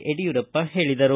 ಯಡಿಯೂರಪ್ಪ ಹೇಳದರು